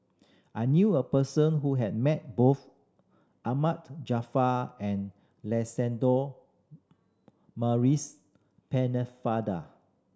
I knew a person who has met both Ahmad Jaafar and Maurice Pennefather